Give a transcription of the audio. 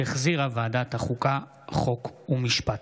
שהחזירה ועדת החוקה, חוק ומשפט.